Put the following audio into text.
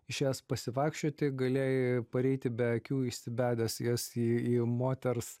išėjęs pasivaikščioti galėjai pareiti be akių įsibedęs jas į moters